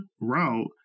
route